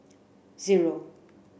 zero